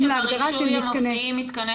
שברישוי הם מופיעים כמתקני שעשועים?